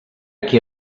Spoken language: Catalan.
qui